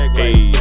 hey